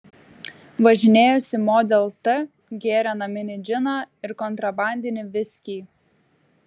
važinėjosi model t gėrė naminį džiną ir kontrabandinį viskį